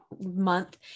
month